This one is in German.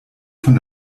von